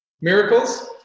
Miracles